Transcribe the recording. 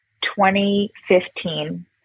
2015